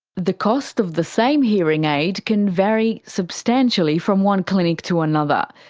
the cost of the same hearing aid can vary substantially from one clinic to another.